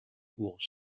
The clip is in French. pour